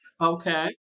Okay